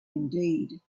indeed